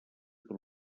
per